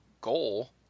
goal